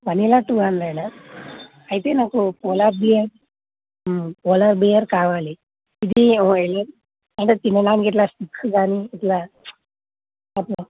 vanilla two hundred అయితే నాకు polar bear polar bear కావాలి ఇది ఓ ఎలా అంటే తినడానికి ఇట్లా స్టిక్స్ కానీ ఇట్లా కప్పు